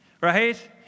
Right